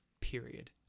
period